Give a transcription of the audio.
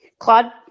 Claude